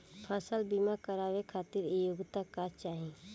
फसल बीमा करावे खातिर योग्यता का चाही?